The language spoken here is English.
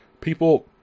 people